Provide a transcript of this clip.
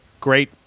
great